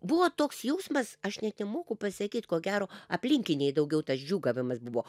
buvo toks jausmas aš net nemoku pasakyt ko gero aplinkiniai daugiau tas džiūgavimas buvo